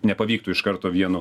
nepavyktų iš karto vienu